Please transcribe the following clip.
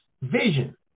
vision